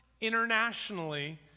internationally